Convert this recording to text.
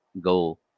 go